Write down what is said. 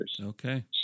Okay